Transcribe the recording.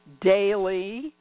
daily